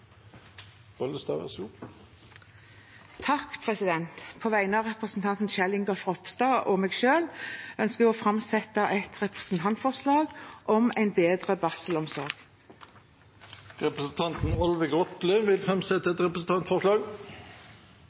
Bollestad vil framsette et representantforslag. På vegne av representanten Kjell Ingolf Ropstad og meg selv ønsker jeg å framsette et representantforslag om en bedre barselomsorg. Representanten Olve Grotle vil framsette et representantforslag.